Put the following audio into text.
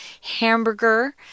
hamburger